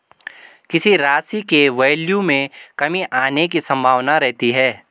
किसी राशि के वैल्यू में कमी आने की संभावना रहती है